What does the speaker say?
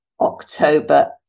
October